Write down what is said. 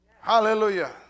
Hallelujah